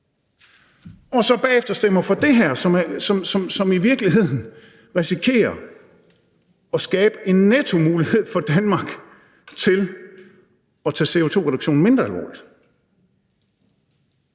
og så bagefter stemmer for det her, som i virkeligheden risikerer at skabe en nettomulighed for Danmark til at tage CO2-reduktionen mindre alvorligt.